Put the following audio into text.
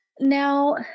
Now